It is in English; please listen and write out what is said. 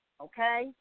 okay